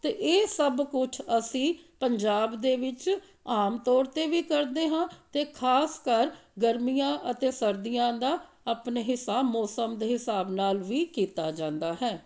ਅਤੇ ਇਹ ਸਭ ਕੁਛ ਅਸੀਂ ਪੰਜਾਬ ਦੇ ਵਿੱਚ ਆਮ ਤੌਰ 'ਤੇ ਵੀ ਕਰਦੇ ਹਾਂ ਅਤੇ ਖਾਸ ਕਰ ਗਰਮੀਆਂ ਅਤੇ ਸਰਦੀਆਂ ਦਾ ਅਪਣੇ ਹਿਸਾ ਮੌਸਮ ਦੇ ਹਿਸਾਬ ਨਾਲ ਵੀ ਕੀਤਾ ਜਾਂਦਾ ਹੈ